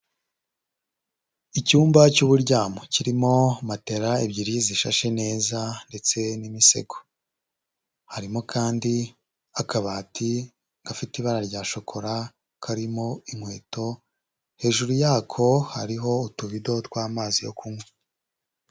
Icyumba cy'uburyamo kirimo matela ebyiri zishashe neza ndetse n'imisego, harimo kandi akabati gafite ibara rya shokora karimo inkweto, hejuru yako hariho utubido tw'amazi yo kunywa.